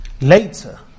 Later